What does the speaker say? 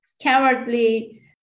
cowardly